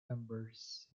numbers